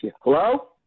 Hello